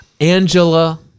Angela